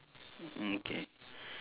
mm K